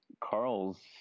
Carl's